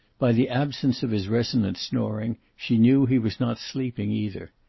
by the absence of his resonant snoring she knew he was not sleeping, either.